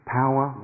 power